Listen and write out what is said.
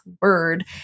word